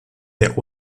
der